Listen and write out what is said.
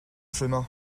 chemin